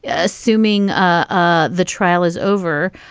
ah assuming ah the trial is over,